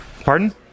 Pardon